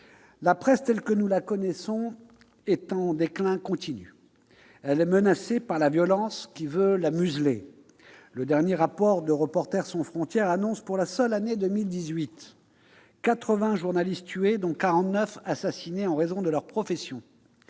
La presse telle que nous la connaissons est en déclin continu. Elle est menacée par la violence qui veut la museler. Le dernier rapport de Reporters sans Frontières fait état, pour la seule année 2018, de la mort de 80 journalistes, 49 d'entre eux ayant été assassinés en raison de leur profession.